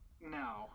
No